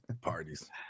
Parties